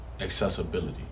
accessibility